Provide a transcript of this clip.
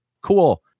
cool